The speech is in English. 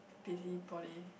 P_C poly